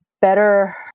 better